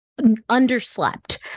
underslept